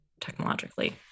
technologically